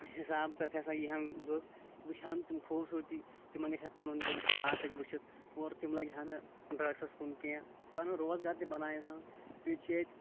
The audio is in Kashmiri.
حِساب تَتہِ ہَسا یی ہَن لُکھ وٕچھہَن تِم خوٗبصوٗرتی تِمَن گژھِ ہا پَنُن دِل شاد تَتہِ وٕچھِتھ اور تِم لَگہٕ ہَن ڈرٛگسس کُن کینٛہہ پَنُن روزگار تہِ بنایہ ہَن بیٚیہِ چھِ ییٚتہِ